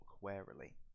warily